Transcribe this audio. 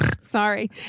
Sorry